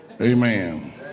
Amen